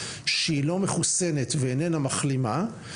שהיא לא מחוסנת ואיננה מחלימה,